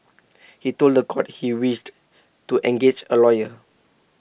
he told The Court he wished to engage A lawyer